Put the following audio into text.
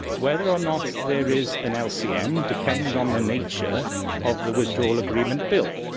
whether or not there is an lcm depends on the nature of the withdrawal agreement bill.